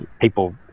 people